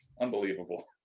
Unbelievable